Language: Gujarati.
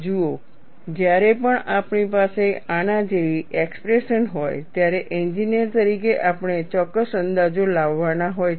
જુઓ જ્યારે પણ આપણી પાસે આના જેવી એક્સપ્રેશન હોય ત્યારે એન્જિનિયર તરીકે આપણે ચોક્કસ અંદાજો લાવવાના હોય છે